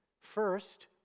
First